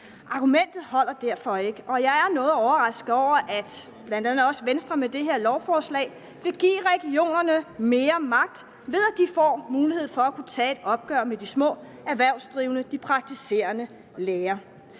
Argumentet holder derfor ikke, og jeg er noget overrasket over, at bl.a. Venstre med det her lovforslag vil give regionerne mere magt, ved at de får mulighed for at kunne tage et opgør med de små erhvervsdrivende, de praktiserende læger.